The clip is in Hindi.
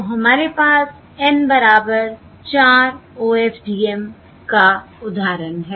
तो हमारे पास N बराबर 4 OFDM का उदाहरण है